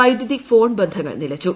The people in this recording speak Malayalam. വൈദ്യുതി ഫോൺ ബന്ധങ്ങൾ നിലച്ചു